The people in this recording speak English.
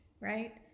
right